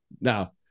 Now